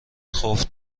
خوف